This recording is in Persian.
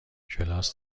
کلاس